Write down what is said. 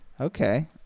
Okay